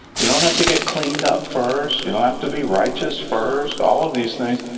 you don't have to get cleaned up first, you don't have to be righteous first, all of these things,